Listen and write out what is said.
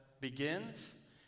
begins